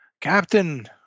Captain